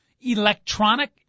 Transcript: electronic